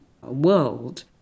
world